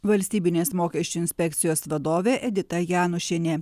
valstybinės mokesčių inspekcijos vadovė edita janušienė